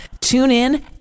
TuneIn